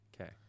Okay